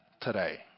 today